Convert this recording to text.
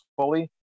fully